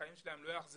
החיים שלהם לא יחזרו